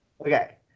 Okay